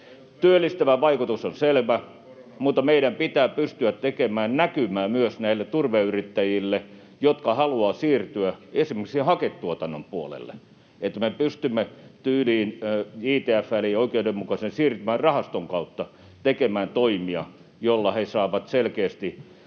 Työllistävä vaikutus on selvä, mutta meidän pitää pystyä tekemään näkymää myös näille turveyrittäjille, jotka haluavat siirtyä esimerkiksi haketuotannon puolelle, niin että me pystymme tyyliin JTF:n eli oikeudenmukaisen siirtymän rahaston kautta tekemään toimia, joilla he saavat selkeästi